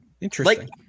Interesting